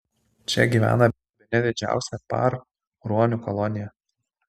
čia gyvena bene didžiausia par ruonių kolonija